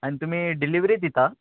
आनी तुमी डिलिवरी दिता